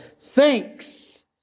Thanks